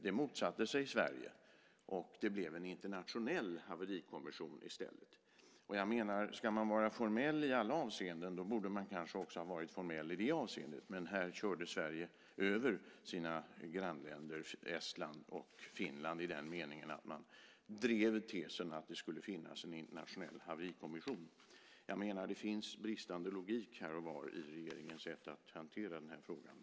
Det motsatte sig Sverige. Det blev en internationell haverikommission i stället. Ska man vara formell i alla avseenden borde man kanske också ha varit formell i det avseendet. Här körde Sverige över sina grannländer Estland och Finland i den meningen att man drev tesen att det skulle finnas en internationell haverikommission. Det finns bristande logik här och var i regeringens sätt att hantera frågan.